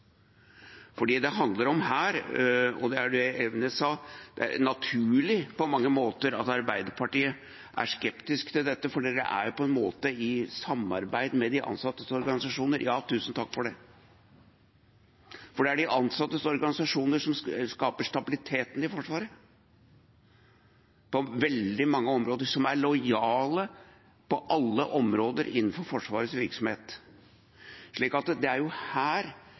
det det handler om her – og det er det representanten Elvenes sa – er at det på mange måter er naturlig at Arbeiderpartiet er skeptisk til dette, fordi det er i samarbeid med de ansattes organisasjoner. – Ja, tusen takk for det. Det er de ansattes organisasjoner som skaper stabiliteten i Forsvaret på veldig mange områder, som er lojale på alle områder innenfor Forsvarets virksomhet. Så det er jo her